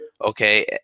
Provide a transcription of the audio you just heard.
Okay